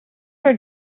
were